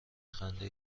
خنده